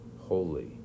holy